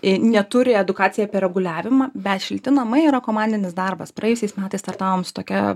neturi edukacijai apie reguliavimą bet šilti namai yra komandinis darbas praėjusiais metais startavom su tokia